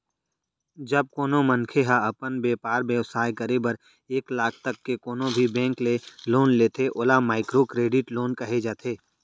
जब कोनो मनखे ह अपन बेपार बेवसाय करे बर एक लाख तक के कोनो भी बेंक ले लोन लेथे ओला माइक्रो करेडिट लोन कहे जाथे